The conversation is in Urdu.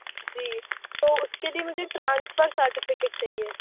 جی تو اُس کے لیے مجھے ٹرانسفر سرٹیفیکیٹ چاہیے